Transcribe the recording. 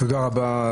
תודה רבה,